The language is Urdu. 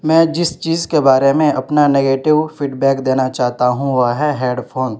میں جس چیز کے بارے میں اپنا نگیٹیو فیڈ بیک دینا چاہتا ہوں وہ ہے ہیڈ فون